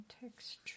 texture